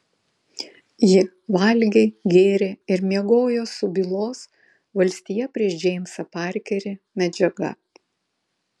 ji valgė gėrė ir miegojo su bylos valstija prieš džeimsą parkerį medžiaga